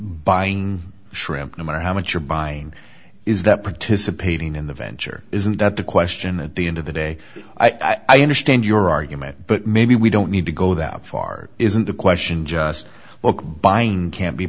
buying shrimp no matter how much you're buying is that participating in the venture isn't that the question at the end of the day i understand your argument but maybe we don't need to go that far isn't the question just what buying can be